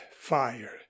fire